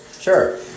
sure